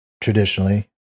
traditionally